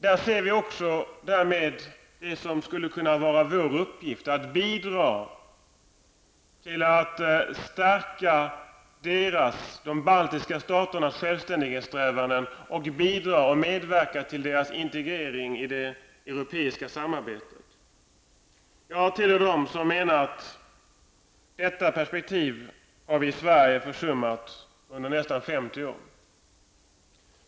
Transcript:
Därmed ser vi det som skulle kunna vara vår uppgift, nämligen att bidra till att stärka de baltiska staternas självständighetssträvanden och bidra och medverka till deras integrering i det europeiska samarbetet. Jag tillhör dem som menar att vi i Sverige har försummat detta perspektiv i nästan 50 år.